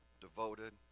devoted